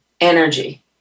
energy